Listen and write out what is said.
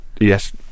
yes